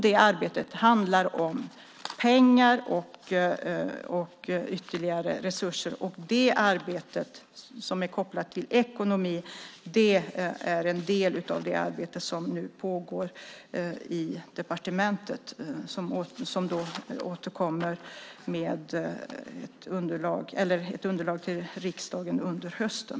Det arbetet handlar om pengar och ytterligare resurser. Det arbete som är kopplat till ekonomi är en del av det arbete som nu pågår i departementet, som återkommer med ett underlag till riksdagen under hösten.